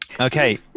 okay